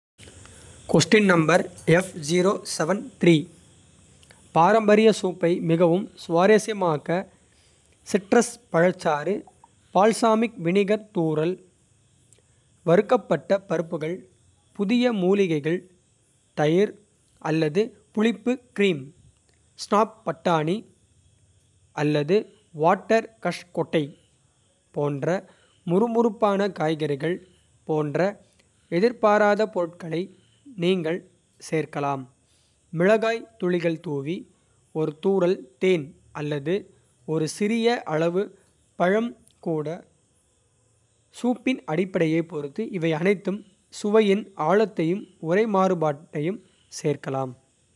பாரம்பரிய சூப்பை மிகவும் சுவாரஸ்யமாக்க. சிட்ரஸ் பழச்சாறு பால்சாமிக் வினிகர் தூறல். வறுக்கப்பட்ட பருப்புகள் புதிய மூலிகைகள். தயிர் அல்லது புளிப்பு கிரீம் ஸ்னாப் பட்டாணி. அல்லது வாட்டர் கஷ்கொட்டை போன்ற முறுமுறுப்பான. காய்கறிகள் போன்ற எதிர்பாராத பொருட்களை நீங்கள். சேர்க்கலாம் மிளகாய் துளிகள் தூவி ஒரு தூறல் தேன். அல்லது ஒரு சிறிய அளவு பழம் கூட சூப்பின் அடிப்படையைப் பொறுத்து. இவை அனைத்தும் சுவையின் ஆழத்தையும் உரை. மாறுபாட்டையும் சேர்க்கலாம்.